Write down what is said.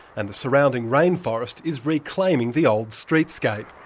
and the surrounding rainforest is reclaiming the old streetscape.